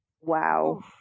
wow